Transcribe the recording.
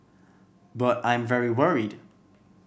but I'm very worried